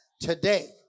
Today